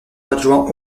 adjoint